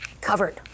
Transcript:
covered